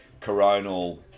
coronal